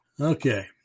okay